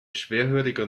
schwerhöriger